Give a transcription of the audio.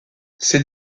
ces